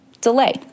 delay